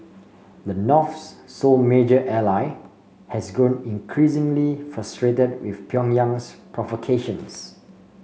the North's sole major ally has grown increasingly frustrated with Pyongyang's provocations